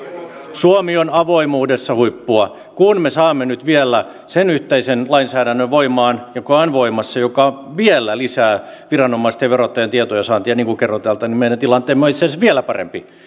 suomi on avoimuudessa huippua kun me saamme nyt vielä sen yhteisen lainsäädännön voimaan joka on voimassa joka vielä lisää viranomaisten ja verottajan tietojensaantia niin kuten kerroin meidän tilanteemme on itse asiassa vielä parempi